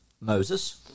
Moses